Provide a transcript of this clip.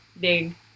big